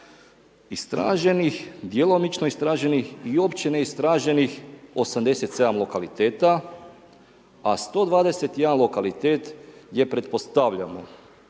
istraženih, djelomično istraženih i uopće neistraženih 87 lokaliteta a 121 lokalitet jer pretpostavljeno